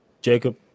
Jacob